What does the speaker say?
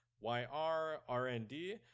Y-R-R-N-D